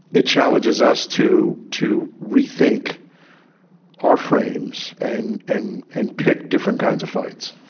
it challenges us to to rethink our frames and and and pick different kinds of fights